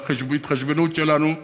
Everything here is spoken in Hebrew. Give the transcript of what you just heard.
בהתחשבנות שלנו,